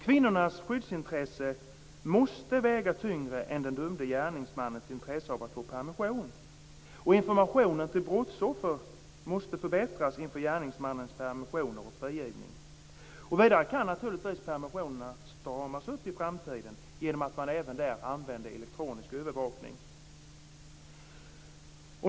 Kvinnornas skyddsintresse måste väga tyngre än den dömde gärningsmannens intresse av att få permission. Informationen till brottsoffer måste också förbättras inför gärningsmannens permissioner och frigivning. Vidare kan naturligtvis permissionerna stramas åt i framtiden genom att man även där använder elektronisk övervakning.